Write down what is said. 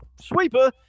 Sweeper